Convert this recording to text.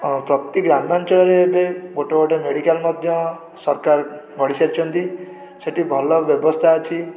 ଓ ପ୍ରତି ଗ୍ରାମାଞ୍ଚଳରେ ଏବେ ଗୋଟେ ଗୋଟେ ମେଡ଼ିକାଲ ମଧ୍ୟ ସରକାର ଗଢ଼ି ସାରିଛନ୍ତି ସେଇଠି ଭଲ ବ୍ୟବସ୍ଥା ଅଛି